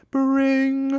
bring